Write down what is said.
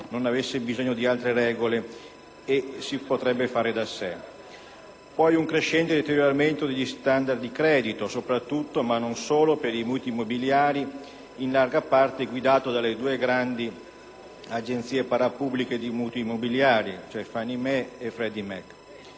non avesse bisogno di altre regole e potesse fare da sé; poi un crescente deterioramento degli standard di credito, soprattutto, ma non solo, per i mutui immobiliari, in larga parte guidato dalle due grandi agenzie parapubbliche di mutui immobiliari, Fannie Mae e Freddie Mac;